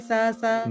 Sasa